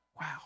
wow